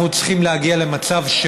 אנחנו צריכים להגיע למצב,